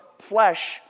flesh